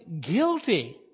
guilty